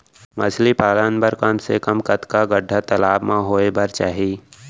मछली पालन बर कम से कम कतका गड्डा तालाब म होये बर चाही?